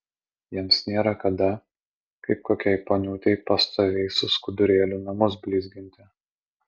jiems nėra kada kaip kokiai poniutei pastoviai su skudurėliu namus blizginti